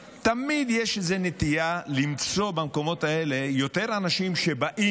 תמיד יש איזו נטייה למצוא במקומות האלה יותר אנשים שבאים,